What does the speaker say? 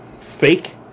fake